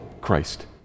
Christ